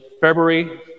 February